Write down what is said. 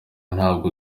ntabwo